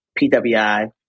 PWI